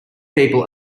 people